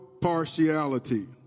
partiality